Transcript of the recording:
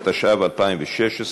התשע"ו 2016,